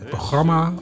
programma